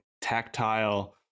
tactile